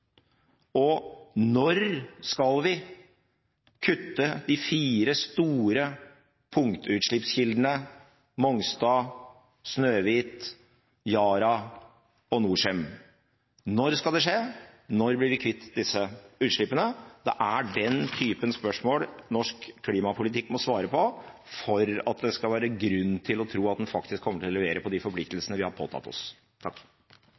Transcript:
tonn? Når skal vi kutte i de fire store punktutslippskildene Mongstad, Snøhvit, Yara og Norcem? Når skal det skje? Når blir vi kvitt disse utslippene? Det er den typen spørsmål norsk klimapolitikk må svare på for at det skal være grunn til å tro at en kommer til å levere når det gjelder de forpliktelsene vi har påtatt oss.